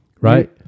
Right